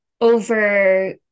over